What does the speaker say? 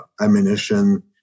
ammunition